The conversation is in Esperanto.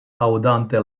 aŭdante